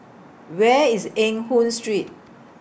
Where IS Eng Hoon Street